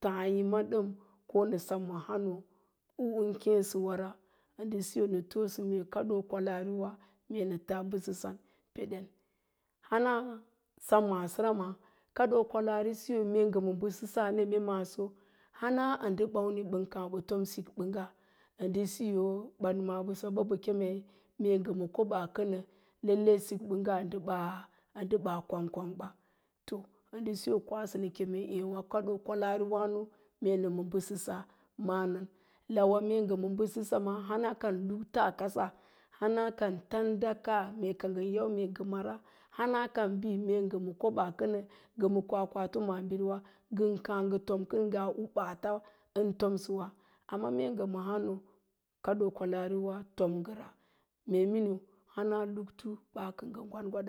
Tááyi ma dəm ma hánóó u nən kéésəwara, ən siyo nə toosa mee kaɗoo kwalaariwa mee taa mbəsəsan peɗen wana sem maasora ma, kaɗoo kwalaari siso mee ngə ma mbəsə sa a neme maaso hana ndə ɓamni bən káá ɓə tom sikɓəngga, ə nɗəsiya bən ma'á bəsaɓa ɓə keme mee ngə ma koɓaa kəna lalai sik ɓəngga ndə baa kwangkwangɓa, to ə ndə siyo nə kéésə nə keme kaɗoo kwalaariwáno mee nə ma bəsəsa, mana lawa hana ka ngə ma lukte kasa, hana kan tandaks mee ka ngən yau mee ngə koɓaa kənə, ngə ma kwakwato maabiriwa, ngən káá ngə tom kən ngaa u bantawa ən tomsəwa. Amma mee ngə ma hánóó kaɗoo kwalaariwa tom ngəra, mee miniu lana luktu ɓaa kə ngə gwad-gwak